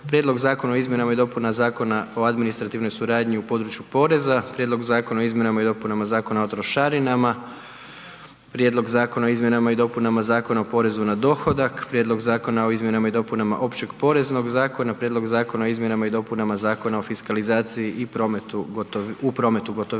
Prijedlog Zakona o izmjenama i dopunama Zakona o administrativnoj suradnji u području poreza, Prijedlog Zakona o izmjenama i dopunama Zakona o trošarinama, Prijedlog Zakona o izmjenama i dopunama Zakona o porezu na dohodak, Prijedlog Zakona o izmjenama i dopunama Zakona o Općeg poreznog zakona, Prijedlog Zakona o izmjenama i dopunama Zakona o fiskalizaciji u prometu gotovinom,